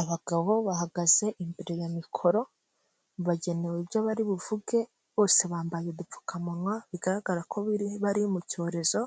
Abagabo bahagaze imbere ya mikoro bagenewe ibyo bari buvuge bose bambaye udupfukamunwa, bigaragara ko bari mu cyorezo